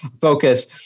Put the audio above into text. focus